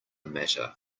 matter